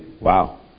Wow